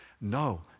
No